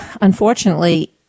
unfortunately